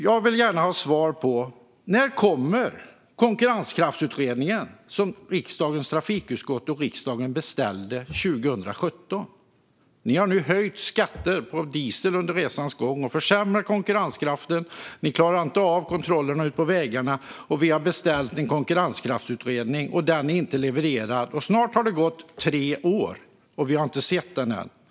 Jag vill gärna ha svar på när konkurrenskraftsutredningen, som riksdagens trafikutskott och riksdagen beställde 2017, kommer. Ni har under resans gång höjt skatter på diesel och försämrat konkurrenskraften. Ni klarar inte av kontrollerna ute på vägarna. Vi har beställt en konkurrenskraftsutredning, och den är inte levererad. Snart har det gått tre år, och vi har inte sett den ännu.